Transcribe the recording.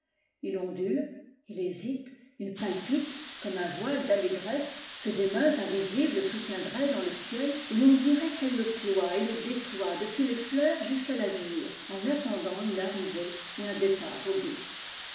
il hésite il palpite comme un y le d'allégresse que des mains invisibles soutî idraient dans le ciel où l'on dirait qu'elle le ploient et le déploient depuis les fleurs jusqu'à tazur en attendant une arrivée ou un départ auguste enfin l'un des pans